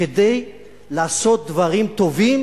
כדי לעשות דברים טובים